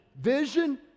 Vision